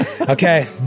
Okay